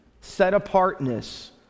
set-apartness